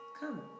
Come